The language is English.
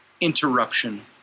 interruption